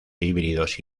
híbridos